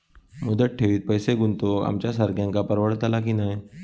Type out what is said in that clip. मुदत ठेवीत पैसे गुंतवक आमच्यासारख्यांका परवडतला की नाय?